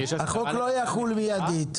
החוק לא יחול מיידית.